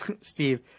Steve